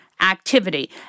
activity